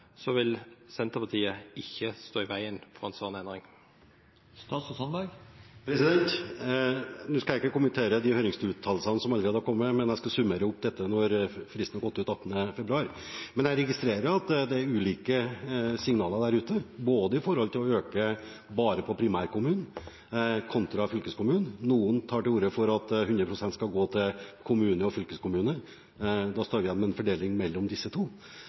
vil Senterpartiet ikke stå i veien for en slik endring. Nå skal ikke jeg kommentere de høringsuttalelsene som allerede har kommet. Jeg skal summere opp dette når fristen har gått ut den 18. februar. Men jeg registrerer at det kommer ulike signaler, også for å øke bare på primærkommunen kontra fylkeskommunen. Noen tar til orde for at 100 pst. skal gå til kommune og fylkeskommune. Da står vi igjen med en fordeling mellom disse to.